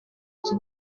iki